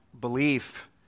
belief